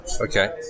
Okay